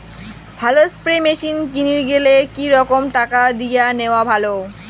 ভালো spray machine কিনির গেলে কি রকম টাকা দিয়া নেওয়া ভালো?